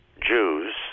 Jews